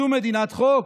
זו מדינת חוק,